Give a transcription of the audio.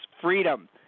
freedom